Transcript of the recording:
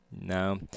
No